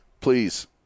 Please